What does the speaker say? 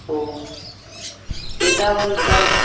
ओ एतावन्तान्